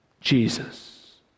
Jesus